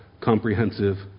comprehensive